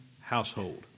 household